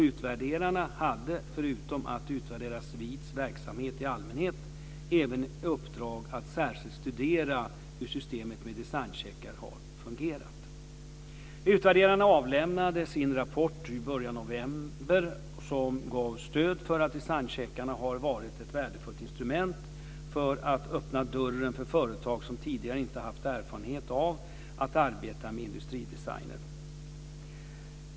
Utvärderarna hade, förutom att utvärdera SVID:s verksamhet i allmänhet, även i uppdrag att särskilt studera hur systemet med designcheckar har fungerat. Utvärderarna avlämnade sin rapport i början av november. Den gav stöd för att designcheckarna har varit ett värdefullt instrument för att öppna dörren för företag som tidigare inte haft erfarenhet av att arbeta med industridesigner.